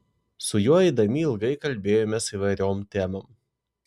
su juo eidami ilgai kalbėjomės įvairiom temom